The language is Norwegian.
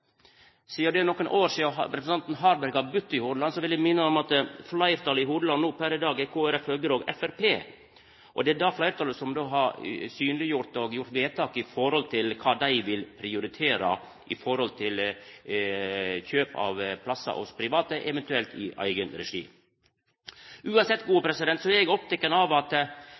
Sidan det er nokre år sidan representanten Harberg har budd i Hordaland, vil eg minna om at fleirtalet i Hordaland per i dag er Kristeleg Folkeparti, Høgre og Framstegspartiet, og det er det fleirtalet som har synleggjort og gjort vedtak om kva dei vil prioritera når det gjeld kjøp av plassar hos private eventuelt i eigen regi. Eg er oppteken av at